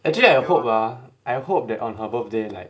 actually I hope ah I hope that on her birthday like